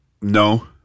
No